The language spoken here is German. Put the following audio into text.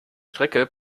strecke